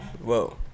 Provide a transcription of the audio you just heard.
Whoa